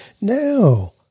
No